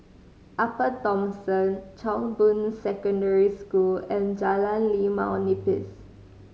Upper Thomson Chong Boon Secondary School and Jalan Limau Nipis